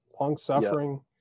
long-suffering